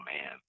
man